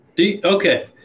Okay